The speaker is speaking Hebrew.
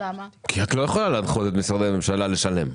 את לא יכולה להנחות את משרדי הממשלה לשלם.